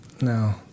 No